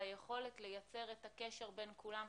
ביכולת לייצר את הקשר בין כולם,